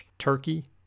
turkey